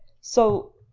So-